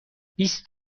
بیست